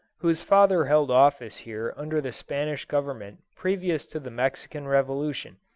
whose father held office here under the spanish government previous to the mexican revolution.